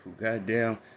goddamn